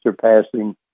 surpassing